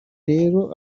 lero